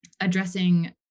addressing